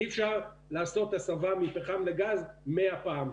אי אפשר לעשות הסבה מפחם לגז מאה פעם,